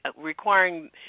requiring